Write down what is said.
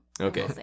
Okay